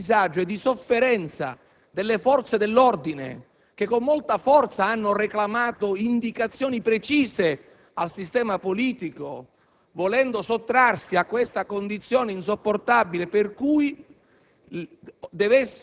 lo stato di disagio e di sofferenza delle forze dell'ordine, che con molta forza hanno reclamato indicazioni precise dal sistema politico, volendo sottrarsi a questa condizione insopportabile per cui